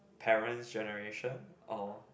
parent's generation or